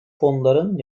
fonların